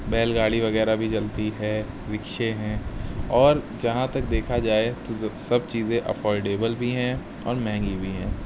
بیل گاڑی وغیرہ بھی چلتی ہے رکشے ہیں اور جہاں تک دیکھا جائے تو سب چیزیں افورٹیبل بھی ہیں اور مہنگی بھی ہیں